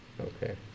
Okay